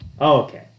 okay